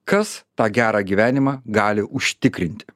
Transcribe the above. kas tą gerą gyvenimą gali užtikrint